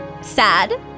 sad